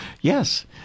Yes